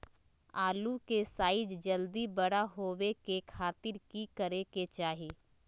आलू के साइज जल्दी बड़ा होबे के खातिर की करे के चाही?